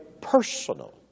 personal